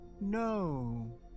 no